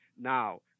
now